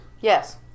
Yes